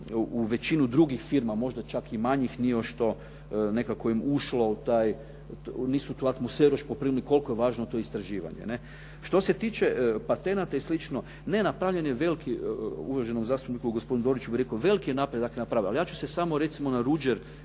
u većinu drugih firma, možda čak i manjih nije još to nekako im ušlo u taj, nisu tu atmosferu još poprimili koliko je važno to istraživanje. Što se tiče patenata i slično, napravljen je veliki, uvaženom zastupniku gospodinu Doriću bih rekao, veliki napredak je napravljen. Ali ja ću se samo recimo na Ruđer,